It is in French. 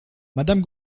madame